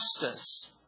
justice